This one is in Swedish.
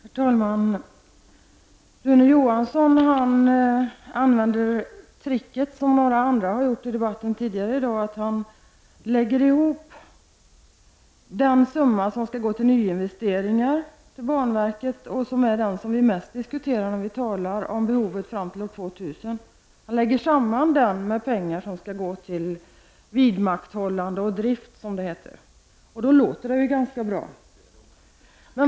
Herr talman! Rune Johansson använder tricket, vilket även några andra talare har gjort i dag, att han lägger ihop de pengar som skall gå till nyinvesteringar till banverket — och som är det som vi mest diskuterar när vi talar om behovet fram till år 2000 — med pengar som skall gå till vidmakthållande och drift, som det heter. Och då låter det ganska bra.